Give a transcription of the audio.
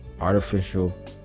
Artificial